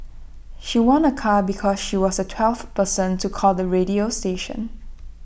she won A car because she was the twelfth person to call the radio station